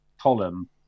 column